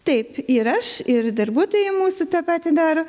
taip ir aš ir darbuotojai mūsų tą patį daro